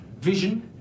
vision